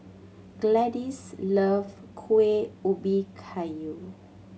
Gladyce love Kueh Ubi Kayu